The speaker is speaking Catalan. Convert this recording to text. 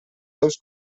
seus